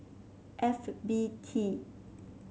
F B T